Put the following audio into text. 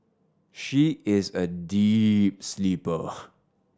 she is a deep sleeper